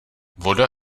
voda